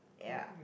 ya